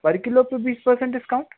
पर किलो पे बीस परसेंट डिस्काउंट